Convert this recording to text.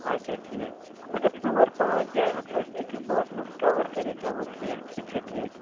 اَچھا ٹھیٖک اَگر ژور پانٛژھ جایہِ ہیٚکو أسۍ اَکِس دۄہَس منٛز کَوَر کٔرِتھ چلو ٹھیٖک سُہ تہِ چھُ ٹھیٖک